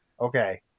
okay